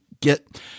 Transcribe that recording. get